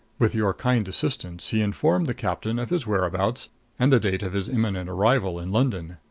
with your kind assistance he informed the captain of his whereabouts and the date of his imminent arrival in london.